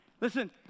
Listen